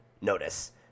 notice